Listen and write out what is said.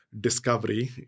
discovery